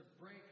break